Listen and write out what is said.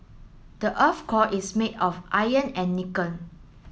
the earth's core is made of iron and nickel